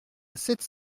sept